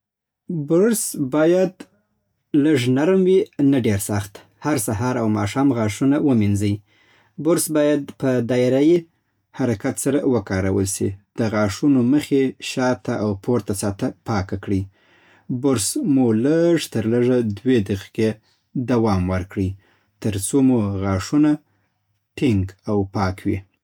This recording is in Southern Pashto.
برس باید لږ نرم وي، نه ډېر سخت. هر سهار او ماښام غاښونه ومینځئ. برس باید په دايره يي حرکت سره وکارول سي. د غاښونو مخې، شاته او پورته سطحه پاکه کړئ. برس مو لږ تر لږه دوه دقیقې دوام ورکړئ تر څو مو غاښونه ټینګ او پاک وی